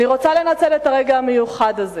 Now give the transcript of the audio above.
אני רוצה לנצל את הרגע המיוחד הזה